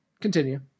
continue